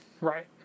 Right